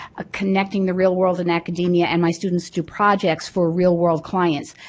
ah connecting the real world and academia and my students through projects for real world clients.